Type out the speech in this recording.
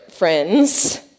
friends